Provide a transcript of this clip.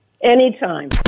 Anytime